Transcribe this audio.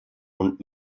und